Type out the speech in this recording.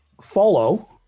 follow